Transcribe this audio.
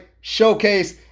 showcase